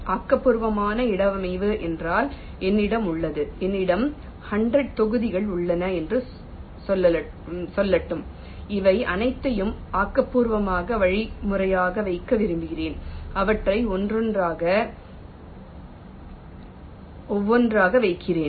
ஆக்கபூர்வமான இடவமைவு என்றால் என்னிடம் உள்ளது என்னிடம் 100 தொகுதிகள் உள்ளன என்று சொல்லட்டும் அவை அனைத்தையும் ஆக்கபூர்வமான வழிமுறையாக வைக்க விரும்புகிறேன் அவற்றை ஒவ்வொன்றாக ஒவ்வொன்றாக வைக்கிறேன்